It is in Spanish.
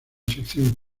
sección